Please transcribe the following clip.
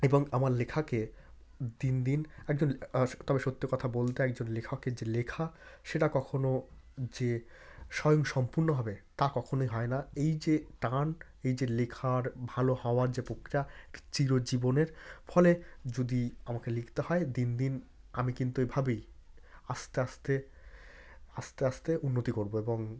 এবং আমার লেখাকে দিন দিন একজন তবে সত্যি কথা বলতে একজন লেখকের যে লেখা সেটা কখনও যে স্বয়ংসম্পূর্ণ হবে তা কখনোই হয় না এই যে টান এই যে লেখার ভালো হওয়ার যে প্রক্রিয়া চিরজীবনের ফলে যদি আমাকে লিখতে হয় দিন দিন আমি কিন্তু এভাবেই আস্তে আস্তে আস্তে আস্তে উন্নতি করব এবং